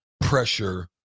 pressure